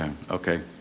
okay,